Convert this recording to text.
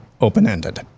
open-ended